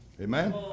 amen